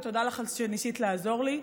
ותודה לך על שניסית לעזור לי.